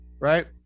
right